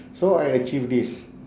so I achieve this